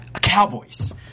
Cowboys